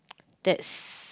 that's